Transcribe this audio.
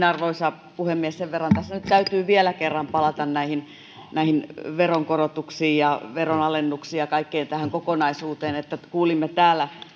arvoisa puhemies sen verran tässä nyt täytyy vielä kerran palata näihin näihin veronkorotuksiin ja veronalennuksiin ja kaikkeen tähän kokonaisuuteen että kuulimme täällä